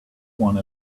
want